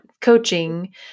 coaching